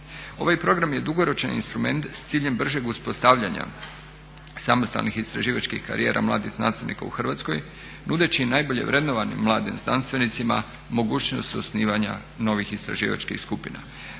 Ovaj program je dugoročan instrument s ciljem bržeg uspostavljanja samostalnih istraživačkih karijera mladih znanstvenika u Hrvatskoj nudeći najbolje vrednovanim mladim znanstvenicima mogućnost suosnivanja novih istraživačkih skupina.